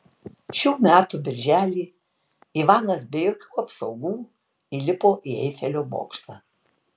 šių metų birželį ivanas be jokių apsaugų įlipo į eifelio bokštą